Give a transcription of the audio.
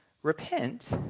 Repent